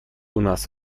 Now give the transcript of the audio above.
нас